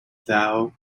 thou